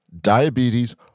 diabetes